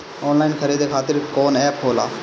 Online खरीदे खातीर कौन एप होला?